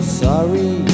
sorry